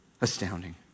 Astounding